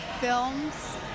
films